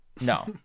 no